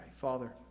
Father